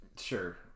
sure